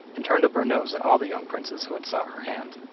and turned up her nose at all the young princes who had sought her hand.